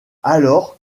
alors